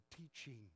teaching